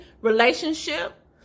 relationship